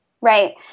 Right